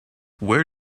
where